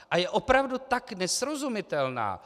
A je opravdu tak nesrozumitelná.